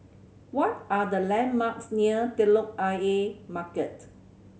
what are the landmarks near Telok Ayer Market